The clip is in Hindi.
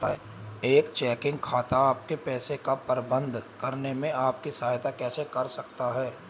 एक चेकिंग खाता आपके पैसे का प्रबंधन करने में आपकी सहायता कैसे कर सकता है?